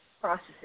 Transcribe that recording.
processes